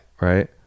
right